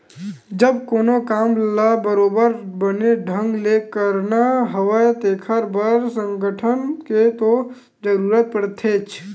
जब कोनो काम ल बरोबर बने ढंग ले करना हवय तेखर बर संगठन के तो जरुरत पड़थेचे